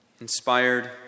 inspired